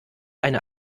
eine